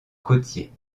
côtier